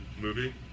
movie